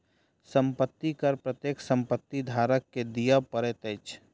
संपत्ति कर प्रत्येक संपत्ति धारक के दिअ पड़ैत अछि